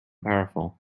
powerful